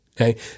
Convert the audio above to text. okay